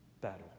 battle